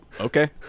okay